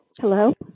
Hello